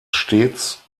stets